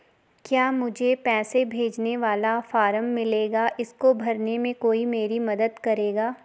क्या मुझे पैसे भेजने वाला फॉर्म मिलेगा इसको भरने में कोई मेरी मदद करेगा?